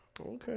Okay